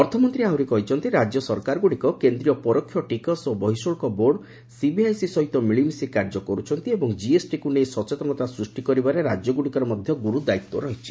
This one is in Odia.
ଅର୍ଥମନ୍ତ୍ରୀ ଆହୁରି କହିଛନ୍ତି ରାଜ୍ୟ ସରକାରଗୁଡିକ କେନ୍ଦ୍ରୀୟ ପରୋକ୍ଷ ଟିକସ୍ ଓ ବହିଶୁଳ୍କ ବୋର୍ଡସିବିଆଇସିସହିତ ମିଳିମିଶି କାର୍ଯ୍ୟ କରୁଛନ୍ତି ଏବଂ ଜିଏସ୍ଟିକୁ ନେଇ ସଚେତନତା ସ୍ହଷ୍ଟି କରିବାରେ ରାଜ୍ୟ ଗ୍ରଡିକର ମଧ୍ୟ ଗ୍ରର୍ତ୍ତାୟିତ୍ୱ ରହିଛି